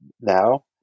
now